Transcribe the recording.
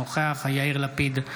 אינו נוכח יאיר לפיד,